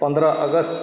पन्द्रह अगस्त